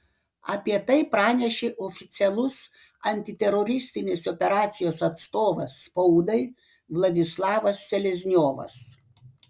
apie tai pranešė oficialus antiteroristinės operacijos atstovas spaudai vladislavas selezniovas